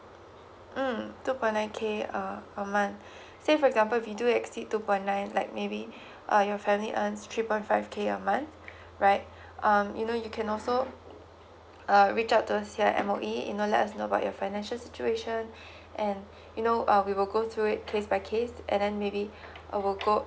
mm two point nine K a a month say for example if you do exceed two point nine like maybe uh your family earns three point five K a month right um you know you can also uh reach out to us here at M_O_E you know let us know about your financial situation and you know uh we will go to through it case by case and then maybe uh would go